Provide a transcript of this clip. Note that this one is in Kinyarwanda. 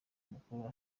mukuru